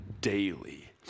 daily